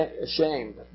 ashamed